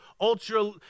ultra